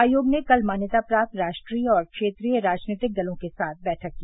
आयोग ने कल मान्यता प्राप्त राष्ट्रीय और क्षेत्रीय राजनीतिक दलों के साथ बैठक की